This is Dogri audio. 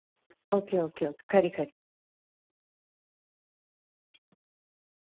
ओके ओके ओके खरी खरी